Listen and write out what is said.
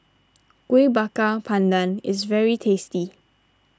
Kuih Bakar Pandan is very tasty